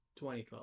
2012